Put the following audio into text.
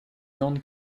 land